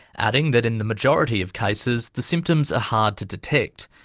adding that in the majority of cases, the symptoms ah hard to detect,